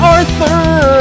Arthur